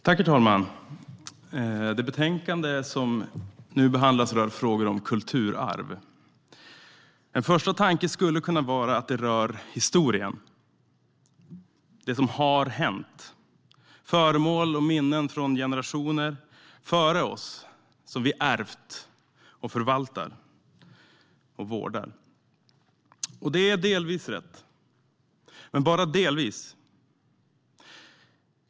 Herr talman! Det betänkande som nu behandlas rör frågor om kulturarv. En första tanke skulle kunna vara att det rör historien - det som har hänt, föremål och minnen från generationer före oss, som vi har ärvt, förvaltar och vårdar. Och det är delvis rätt, men bara delvis.